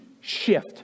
shift